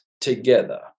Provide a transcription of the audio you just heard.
together